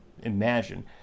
imagine